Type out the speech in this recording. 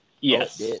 Yes